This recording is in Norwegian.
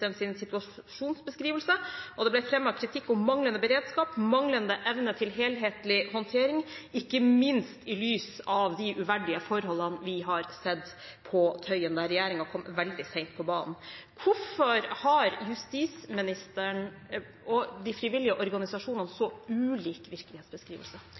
situasjonsbeskrivelse. Det ble fremmet kritikk mot manglende beredskap, manglende evne til helhetlig håndtering, ikke minst sett i lys av de uverdige forholdene vi har sett på Tøyen, der regjeringen kom veldig sent på banen. Hvorfor har justisministeren og de frivillige organisasjonene så ulik virkelighetsbeskrivelse?